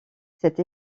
cette